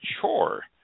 chore